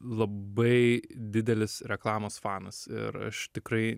labai didelis reklamos fanas ir aš tikrai